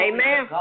Amen